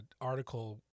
article